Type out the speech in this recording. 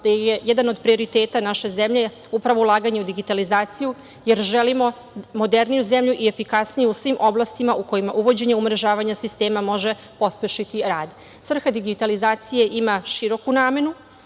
da je jedan od prioriteta naše zemlje upravo ulaganje u digitalizaciju, jer želimo moderniju zemlju i efikasniju u svim oblastima u kojima uvođenje umrežavanja sistema može pospešiti rad. Svrha digitalizacije ima široku namenu